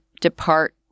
depart